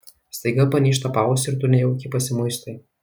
staiga panyžta paausį ir tu nejaukiai pasimuistai